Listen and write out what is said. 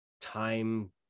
time